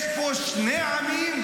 יש פה שני עמים,